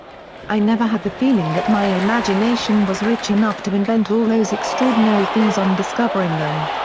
i never had the feeling that my imagination was rich enough to invent all those extraordinary things on discovering them.